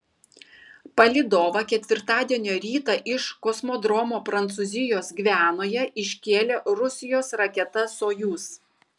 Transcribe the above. palydovą ketvirtadienio rytą iš kosmodromo prancūzijos gvianoje iškėlė rusijos raketa sojuz